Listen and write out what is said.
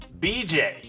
BJ